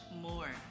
more